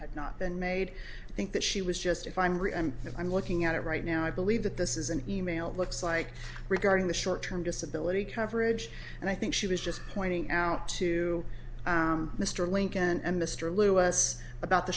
had not been made i think that she was just if i'm right and i'm looking at it right now i believe that this is an email looks like regarding the short term disability coverage and i think she was just pointing out to mr lincoln and mr lew was about the